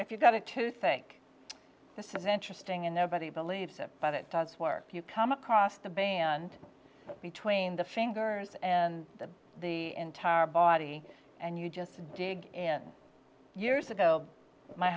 if you've got it to think this is interesting and nobody believes it but it does work you come across the band between the fingers and the the entire body and you just dig in years ago my